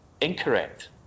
incorrect